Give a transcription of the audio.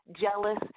jealous